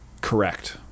correct